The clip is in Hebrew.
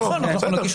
ה-20.